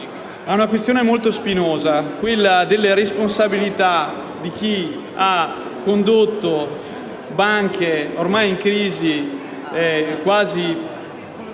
alla questione, molto spinosa della responsabilità di chi ha condotto banche ormai in crisi quasi